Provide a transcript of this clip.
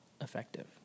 effective